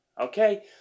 Okay